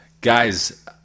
guys